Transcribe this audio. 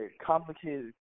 complicated